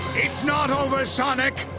it's not over, sonic.